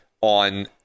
on